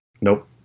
Nope